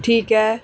ਠੀਕ ਹੈ